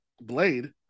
Blade